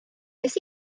nes